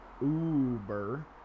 Uber